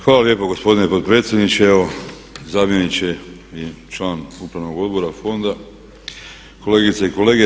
Hvala lijepo gospodine potpredsjedniče, evo zamjeniče i član upravnog odbora fonda, kolegice i kolege.